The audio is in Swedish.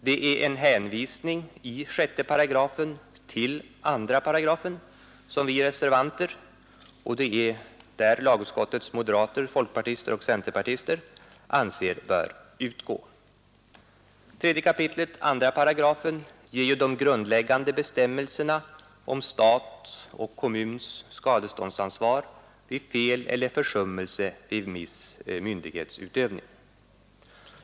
Det är en hänvisning i 6 § till 2 §, som vi reservanter — det är där lagutskottets moderater, folkpartister och centerpartister — anser böra utgå. 3 kap. 2 § ger ju de grundläggande bestämmelserna om stats och kommuns skadeståndsansvar vid fel eller försummelse vid viss myndighetsutövning.